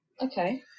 Okay